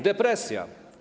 Depresja.